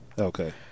Okay